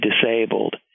disabled